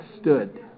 stood